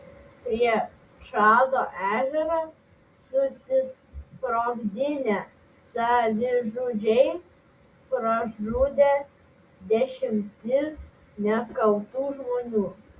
prie čado ežero susisprogdinę savižudžiai pražudė dešimtis nekaltų žmonių